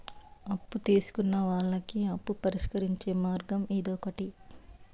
అప్పు తీసుకున్న వాళ్ళకి అప్పు పరిష్కరించే మార్గం ఇదొకటి